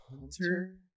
Hunter